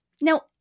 now